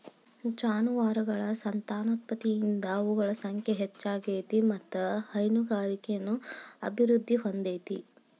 ಜಾನುವಾರಗಳ ಸಂತಾನೋತ್ಪತ್ತಿಯಿಂದ ಅವುಗಳ ಸಂಖ್ಯೆ ಹೆಚ್ಚ ಆಗ್ತೇತಿ ಮತ್ತ್ ಹೈನುಗಾರಿಕೆನು ಅಭಿವೃದ್ಧಿ ಹೊಂದತೇತಿ